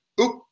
Oop